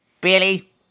Billy